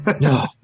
No